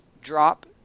drop